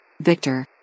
Victor